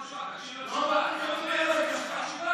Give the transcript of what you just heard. אל תגיד לי מה לעשות, חצוף.